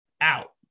out